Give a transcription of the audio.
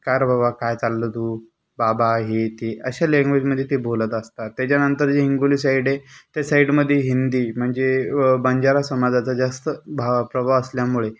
कारं बाबा काय चाललं तू बाबा हे ते अशा लँग्वेजमध्ये ते बोलत असतात त्याच्यानंतर जे हिंगोली साईड आहे त्या साईडमध्ये हिंदी म्हणजे बंजारा समाजाचा जास्त भा प्रभाव असल्यामुळे